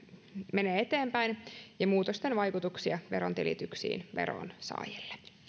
menee eteenpäin ja muutosten vaikutuksia verontilityksiin veronsaajille